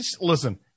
Listen